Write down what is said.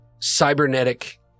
Cybernetic